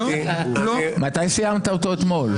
מתי סיימת אותו אתמול?